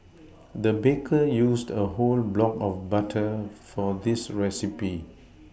the baker used a whole block of butter for this recipe